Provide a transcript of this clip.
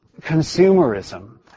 consumerism